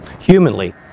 humanly